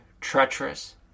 treacherous